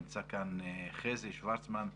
נמצא כאן חזי שוורצמן,